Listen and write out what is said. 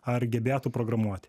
ar gebėtų programuoti